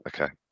okay